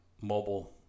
mobile